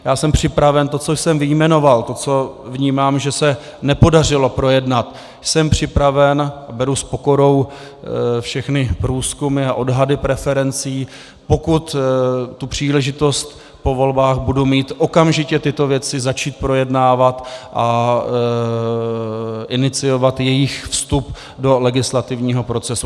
Já jsem připraven to, co jsem vyjmenoval, to, co vnímám, že se nepodařilo projednat, jsem připraven a beru s pokorou všechny průzkumy a odhady preferencí , pokud tu příležitost po volbách budu mít, okamžitě tyto věci začít projednávat a iniciovat jejich vstup do legislativního procesu.